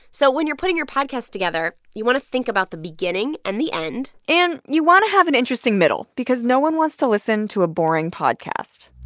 so when you're putting your podcast together, you want to think about the beginning and the end and you want to have an interesting middle because no one wants to listen to a boring podcast